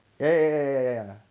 ya ya ya ya ya